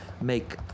make